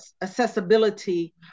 accessibility